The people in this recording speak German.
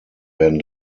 werden